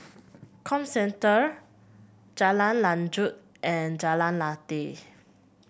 Comcentre Jalan Lanjut and Jalan Lateh